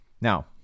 Now